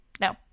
no